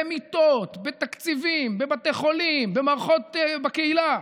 במיטות, בתקציבים, בבתי חולים, במערכות בקהילה.